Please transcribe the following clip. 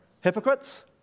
Hypocrites